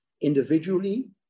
individually